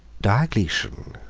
diocletian,